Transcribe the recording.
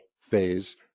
phase